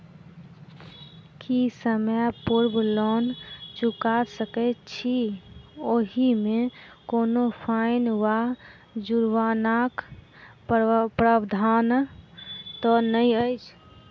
की समय पूर्व लोन चुका सकैत छी ओहिमे कोनो फाईन वा जुर्मानाक प्रावधान तऽ नहि अछि?